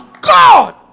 God